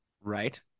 right